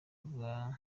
rwa